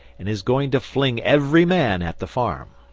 and is going to fling every man at the farm.